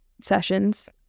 sessions